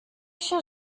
chiens